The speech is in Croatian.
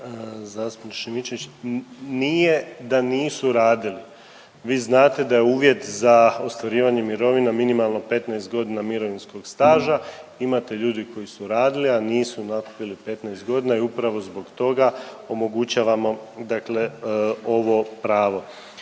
zastupniče Šimičević, nije da nisu radili. Vi znate da je uvjet za ostvarivanje mirovine minimalno 15 godina mirovinskog staža. Imate ljudi koji su radili, al nisu nakupili 15 godina i upravo zbog toga omogućavamo dakle ovo pravo.